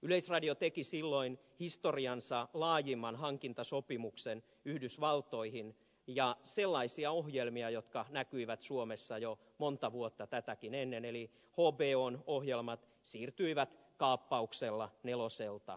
yleisradio teki silloin historiansa laajimman hankintasopimuksen yhdysvaltoihin ja sellaisia ohjelmia jotka näkyivät suomessa jo monta vuotta tätäkin ennen eli hbon ohjelmat siirtyivät kaappauksella neloselta yleisradiolle